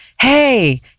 Hey